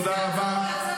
תודה רבה.